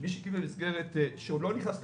ומי שלא נכנס לאופק,